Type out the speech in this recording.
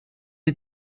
you